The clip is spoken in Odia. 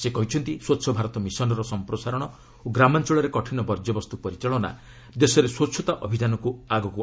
ସେ କହିଛନ୍ତି ସ୍ୱଚ୍ଚ ଭାରତ ମିଶନ୍ର ସଂପ୍ରସାରଣ ଓ ଗ୍ରାମାଞ୍ଚଳରେ କଠିନ ବୈର୍ଜ୍ୟବସ୍ତୁ ପରିଚାଳନା ଦେଶରେ ସ୍ୱଚ୍ଚତା ଅଭିଯାନକୁ ଆଗକୁ ଆଗେଇ ନେବ